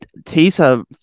Tisa